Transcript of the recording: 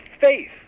faith